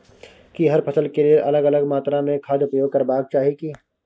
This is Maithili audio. की हर फसल के लेल अलग अलग मात्रा मे खाद उपयोग करबाक चाही की?